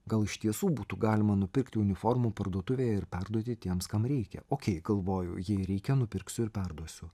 gal iš tiesų būtų galima nupirkti uniformų parduotuvėje ir perduoti tiems kam reikia okei galvoju jei reikia nupirksiu ir perduosiu